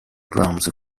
drums